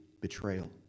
betrayal